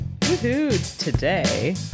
Today